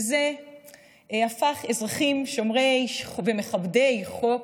וזה הפך אזרחים שומרי חוק ומכבדי חוק,